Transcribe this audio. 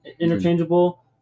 interchangeable